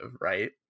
right